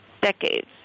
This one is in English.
decades